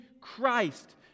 Christ